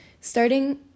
starting